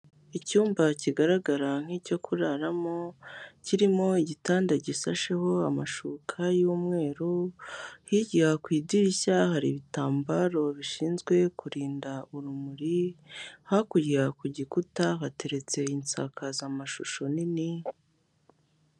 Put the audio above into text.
Icyumba kigaragara nk'icyo kuraramo, kirimo igitanda gisasheho amashuka y'umweru, hirya ku idirishya hari ibitambaro bishinzwe kurinda urumuri, hakurya ku gikuta hateretse insakazamashusho nini.